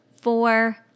Four